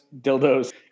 dildos